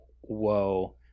whoa